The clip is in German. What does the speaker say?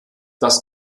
das